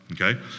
Okay